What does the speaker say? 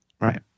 Right